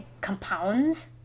compounds